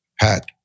Pat